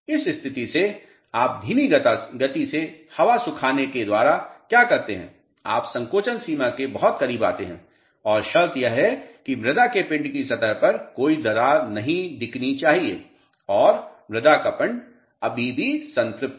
इस स्थिति से आप धीमी गति से हवा सुखाने के द्वारा क्या करते हैं आप संकोचन सीमा के बहुत करीब आते हैं और शर्त यह है कि मृदा के पिंड की सतह पर कोई दरार नहीं दिखनी चाहिए और मृदा का पिंड अभी भी संतृप्त है